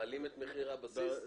מעלים את מחיר הבסיס?